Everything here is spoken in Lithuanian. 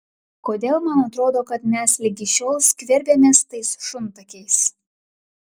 kodėl man atrodo kad mes ligi šiol skverbiamės tais šuntakiais